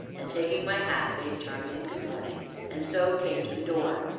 and, taking my hat, bade charmian good morning and so came to the door.